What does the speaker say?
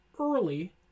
early